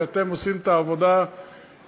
כי אתם עושים את העבודה יום-יום,